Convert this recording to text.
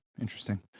Interesting